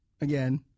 Again